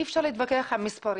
אי אפשר להתווכח עם מספרים.